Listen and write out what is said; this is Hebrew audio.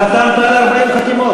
חתמת על 40 חתימות?